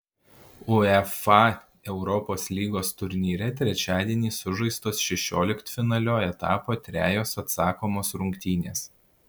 uefa europos lygos turnyre trečiadienį sužaistos šešioliktfinalio etapo trejos atsakomos rungtynės